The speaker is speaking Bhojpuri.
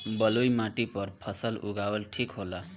बलुई माटी पर फसल उगावल ठीक होला?